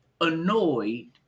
annoyed